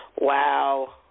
Wow